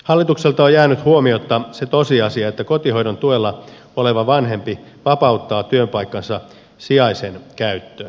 hallitukselta on jäänyt huomiotta se tosiasia että kotihoidon tuella oleva vanhempi vapauttaa työpaikkansa sijaisen käyttöön